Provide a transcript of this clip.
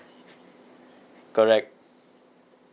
correct